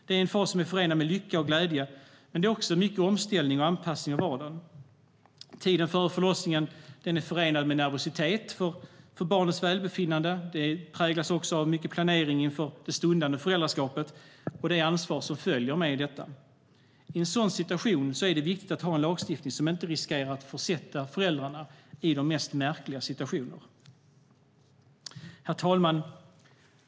Det är en fas som är förenad med lycka och glädje, men det är också mycket omställning och anpassning av vardagen. Tiden före förlossningen är förenad med nervositet för barnets välbefinnande. Den präglas också av mycket planering inför det stundande föräldraskapet och det ansvar som följer med detta. I en sådan situation är det viktigt att ha en lagstiftning som inte riskerar att försätta föräldrarna i de mest märkliga situationer. Herr talman!